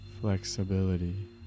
flexibility